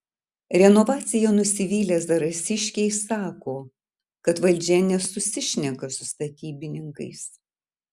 renovacija nusivylę zarasiškiai sako kad valdžia nesusišneka su statybininkais